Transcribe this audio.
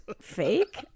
fake